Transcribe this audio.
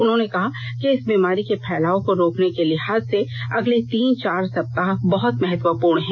उन्होंने कहा कि इस बीमारी के फैलाव को रोकने के लिहाज से अगले तीन चार सप्ताह बहुत महत्वपूर्ण हैं